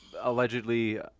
allegedly